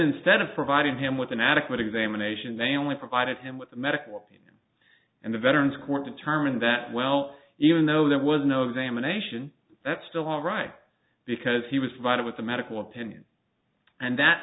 instead of providing him with an adequate examination they only provided him with the medical opinion and the veterans court determined that well even though there was no examination that still all right because he was divided with the medical opinion and that